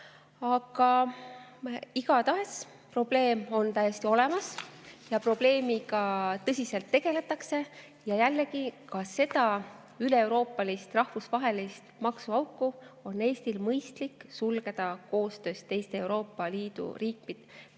Aga igatahes on probleem täiesti olemas ja probleemiga tõsiselt tegeldakse. Jällegi, ka see üleeuroopaline rahvusvaheline maksuauk on Eestil mõistlik sulgeda koostöös teiste Euroopa Liidu riikidega